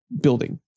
building